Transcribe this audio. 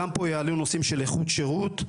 גם פה יעלו נושאים של איכות שירות.